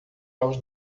aos